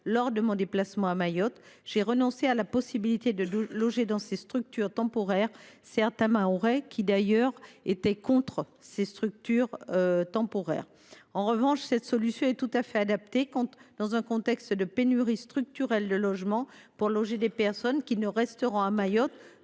lors de mon récent déplacement à Mayotte, j’ai renoncé à la possibilité de loger dans ces structures temporaires certains Mahorais qui, d’ailleurs, étaient opposés à de telles structures. En revanche, cette solution est tout à fait adaptée, dans un contexte de pénurie structurelle de logements, pour loger des personnes qui ne resteront à Mayotte